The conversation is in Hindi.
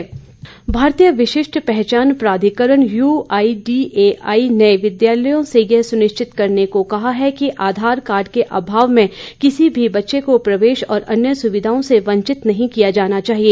आघार कार्ड भारतीय विशिष्ट पहचान प्राधिकरण U I D A I ने विद्यालयों से यह सुनिश्चित करने को कहा है कि आधार कार्ड के अभाव में किसी भी बच्चे को प्रवेश और अन्य सुविधाओं से वंचित नहीं किया जाना चाहिए